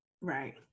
Right